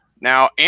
Now